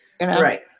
Right